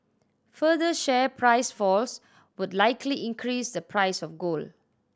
further share price falls would likely increase the price of gold